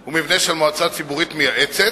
הוא מבנה של מועצה ציבורית מייעצת.